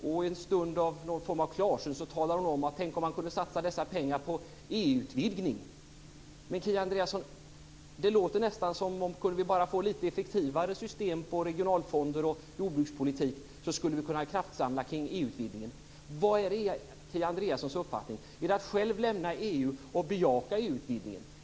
I en stund av klarsyn säger hon: Tänk om man kunde satsa dessa pengar på EU Det låter nästan så att kunde vi bara få lite effektivare system för regionalfonder och jordbrukspolitik skulle vi kunna kraftsamla kring EU-utvidgningen. Vilken är Kia Andreassons uppfattning? Är det att själv lämna EU och bejaka EU-utvidgningen?